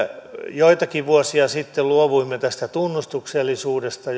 joitakin vuosia sitten luovuimme tästä tunnustuksellisuudesta